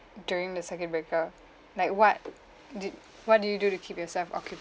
during the circuit breaker like what did what do you do to keep yourself occupied